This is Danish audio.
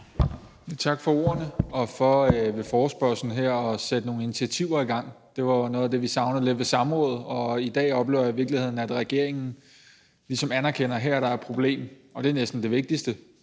Tak for ordene og for her ved forespørgslen at sætte nogle initiativer i gang. Det var jo noget af det, vi savnede lidt i forhold til samrådet. I dag oplever jeg i virkeligheden, at regeringen ligesom anerkender, at her er der et problem. Det er næsten det vigtigste,